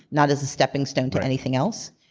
not as a stepping stone to anything else.